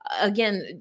again